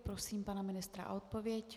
Prosím pana ministra o odpověď.